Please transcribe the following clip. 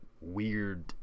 weird